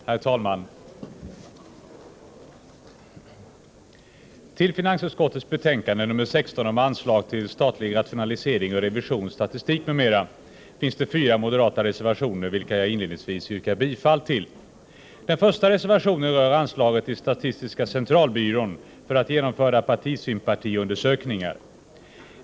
Herr talman! I finansutskottets betänkande 16 om anslag till statlig rationalisering och revision, statistik, m.m. behandlas fyra moderata reservationer, vilka jag inledningsvis yrkar bifall till. Den första rör anslaget till statistiska centralbyrån för att genomföra partisympatiundersökningar.